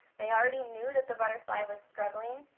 they already knew that the butterfly was struggling,